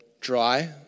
dry